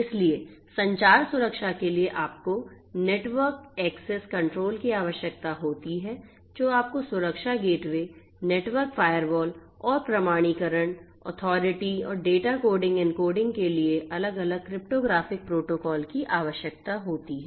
इसलिए संचार सुरक्षा के लिए आपको उपयुक्त नेटवर्क एक्सेस कंट्रोल की आवश्यकता होती है जो आपको सुरक्षा गेटवे नेटवर्क फायरवॉल और प्रमाणीकरण अथॉरिटी और डेटा कोडिंग एन्कोडिंग के लिए अलग अलग क्रिप्टोग्राफ़िक प्रोटोकॉल की आवश्यकता होती है